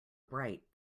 bright